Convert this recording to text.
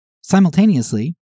Simultaneously